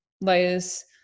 layers